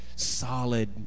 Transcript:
solid